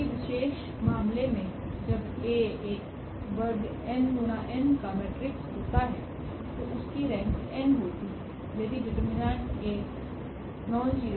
किसी विशेष मामले में जबAएक वर्ग n गुणा n का मेट्रिक्स होता है तोउसकी रेंक n होती है यदिdet𝐴≠0